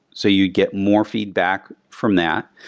so you get more feedback from that.